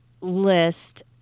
list